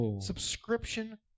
subscription